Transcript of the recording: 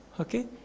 Okay